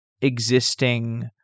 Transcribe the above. existing